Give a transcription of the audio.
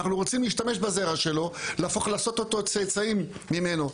אנחנו רוצים להשתמש בזרע שלו להפוך לעשות צאצאים ממנו'.